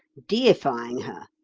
deifying her.